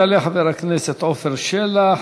יעלה חבר הכנסת עפר שלח,